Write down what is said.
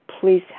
please